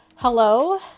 hello